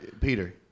Peter